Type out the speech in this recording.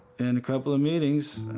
and a couple of meetings,